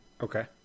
Okay